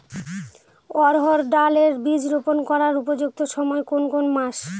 অড়হড় ডাল এর বীজ রোপন করার উপযুক্ত সময় কোন কোন মাস?